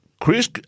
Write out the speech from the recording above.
Chris